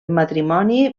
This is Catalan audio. matrimoni